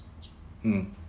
mm